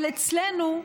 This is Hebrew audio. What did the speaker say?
אבל אצלנו,